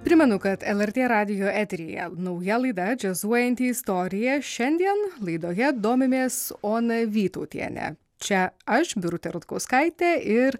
primenu kad lrt radijo eteryje nauja laida džiazuojanti istorija šiandien laidoje domimės oną vytautienę čia aš birutė rutkauskaitė ir